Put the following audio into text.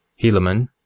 Helaman